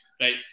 Right